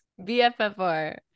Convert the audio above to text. BFFR